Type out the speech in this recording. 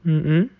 嗯嗯